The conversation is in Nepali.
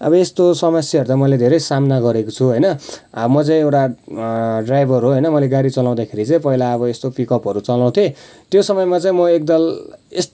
अब यस्तो समस्याहरू त मैले धेरै सामना गरेको छु होइन अब म चाहिँ एउटा ड्राइभर हो होइन मैले गाडी चलाउँदाखेरि चाहिँ पहिला अब यस्तो पिकअपहरू चलाउथेँ त्यो समयमा चाहिँ म एकताल यस्तो